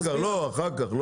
אחר כך.